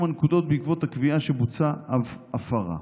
הנקודות בעקבות הקביעה שבוצעה הפרה.